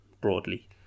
broadly